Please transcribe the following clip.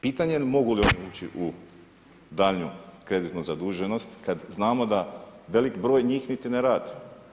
Pitanje mogu li oni ući u daljnju kreditnu zaduženost Kad znamo da velik broj njih niti ne radi.